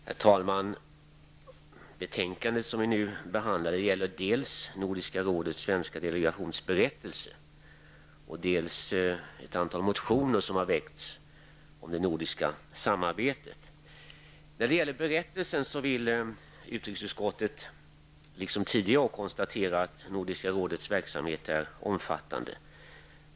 Herr talman! Det betänkande som vi nu behandlar gäller dels Nordiska rådets svenska delegations berättelse, dels ett antal motioner som har väckts om det nordiska samarbetet. När det gäller berättelsen vill utrikesutskottet, liksom tidigare år, konstatera att Nordiska rådets verksamhet är omfattande.